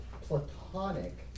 platonic